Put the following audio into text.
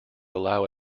allow